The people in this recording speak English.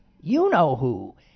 you-know-who